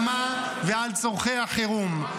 כל התקציב נועד כדי לענות על צורכי המלחמה ועל צורכי החירום.